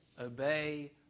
obey